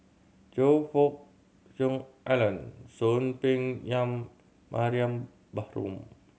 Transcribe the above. Choe Fook Cheong Alan Soon Peng Yam Mariam Baharom